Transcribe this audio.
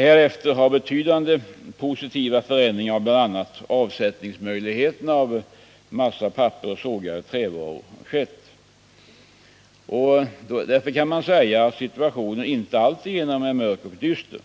Härefter har det inträffat betydande positiva förändringar av bl.a. avsättningsmöjligheterna för massa. papper och sågade trävaror. Situationen är således inte alltigenom mörk och dyster.